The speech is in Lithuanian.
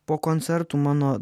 po koncertų mano